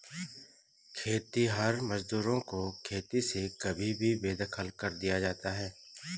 खेतिहर मजदूरों को खेती से कभी भी बेदखल कर दिया जाता है